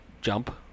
jump